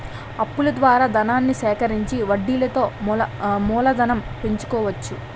అప్పుల ద్వారా ధనాన్ని సేకరించి వడ్డీలతో మూలధనం పెంచుకోవచ్చు